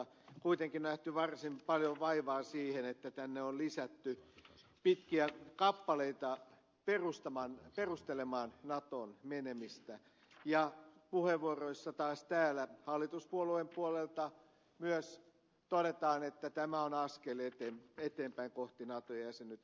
on kuitenkin nähty varsin paljon vaivaa siinä että tänne on lisätty pitkiä kappaleita perustelemaan natoon menemistä ja puheenvuoroissa taas täällä hallituspuolueen puolelta myös todetaan että tämä on askel eteenpäin kohti nato jäsenyyttä